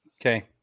okay